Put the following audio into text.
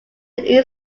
israel